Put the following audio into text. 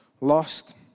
lost